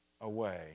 away